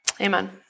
amen